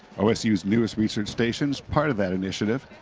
osu's newest research station is part of that initiative.